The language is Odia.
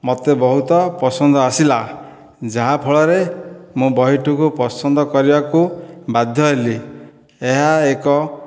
ମୋତେ ବହୁତ ପସନ୍ଦ ଆସିଲା ଯାହା ଫଳରେ ମୁଁ ବହିଟିକୁ ପସନ୍ଦ କରିବାକୁ ବାଧ୍ୟ ହେଲି ଏହା ଏକ